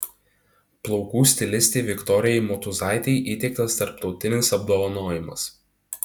plaukų stilistei viktorijai motūzaitei įteiktas tarptautinis apdovanojimas